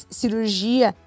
cirurgia